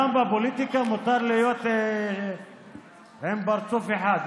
גם בפוליטיקה מותר להיות עם פרצוף אחד,